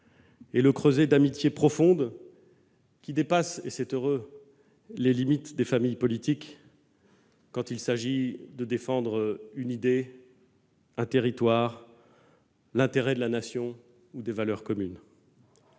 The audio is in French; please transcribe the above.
et le creuset d'amitiés profondes qui dépassent- c'est heureux -les limites des familles politiques, quand il s'agit de défendre une idée, un territoire, l'intérêt de la Nation ou des valeurs communes.